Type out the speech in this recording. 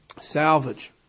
salvage